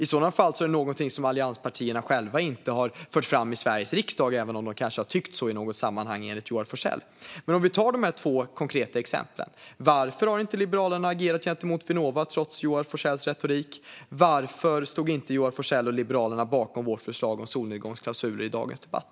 I så fall är det något som allianspartierna själva inte har fört fram i Sveriges riksdag, även om de kanske har tyckt så i något sammanhang, enligt Joar Forssell. Vi kan ta de två konkreta exemplen. Varför har Liberalerna inte agerat gentemot Vinnova, trots Joar Forssells retorik? Varför stod inte Joar Forssell och Liberalerna bakom vårt förslag om solnedgångsklausuler i dagens debatt?